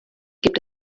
gibt